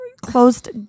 closed